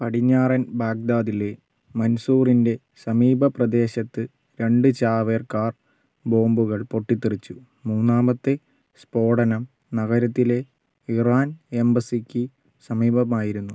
പടിഞ്ഞാറൻ ബാഗ്ദാദിലെ മൻസൂറിൻ്റെ സമീപ പ്രദേശത്ത് രണ്ട് ചാവേർ കാർ ബോംബുകൾ പൊട്ടിത്തെറിച്ചു മൂന്നാമത്തെ സ്ഫോടനം നഗരത്തിലെ ഇറാൻ എംബസിക്ക് സമീപമായിരുന്നു